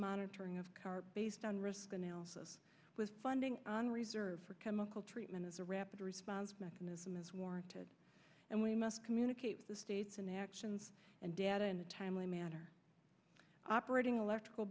monitoring of car based on risk analysis with funding in reserve for chemical treatment as a rapid response mechanism is warranted and we must communicate the states in actions and data in a timely manner operating electrical